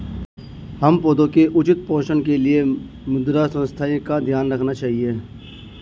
हमें पौधों के उचित पोषण के लिए मृदा स्वास्थ्य का ध्यान रखना चाहिए